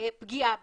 פגיעה בהם,